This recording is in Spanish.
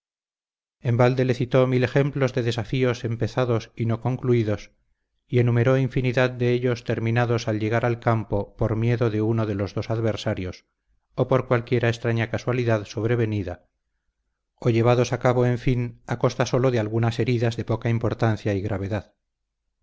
en balde le citó mil ejemplos de desafíos empezados y no concluidos y enumeró infinidad de ellos terminados al llegar al campo por miedo de uno o de los dos adversarios o por cualquiera extraña casualidad sobrevenida o llevados a cabo en fin a costa sólo de algunas heridas de poca importancia y gravedad